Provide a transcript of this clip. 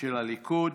של הליכוד.